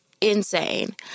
insane